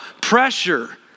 pressure